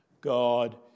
God